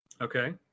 Okay